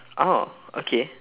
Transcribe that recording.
ah okay